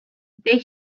they